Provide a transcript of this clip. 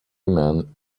man